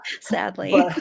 sadly